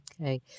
Okay